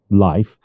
Life